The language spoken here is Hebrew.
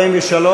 מסירים.